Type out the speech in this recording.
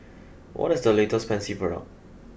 what is the latest Pansy product